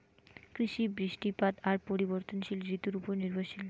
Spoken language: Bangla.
কৃষি, বৃষ্টিপাত আর পরিবর্তনশীল ঋতুর উপর নির্ভরশীল